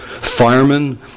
firemen